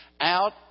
out